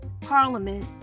Parliament